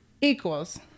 equals